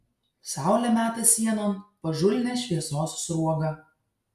saulė meta sienon pažulnią šviesos sruogą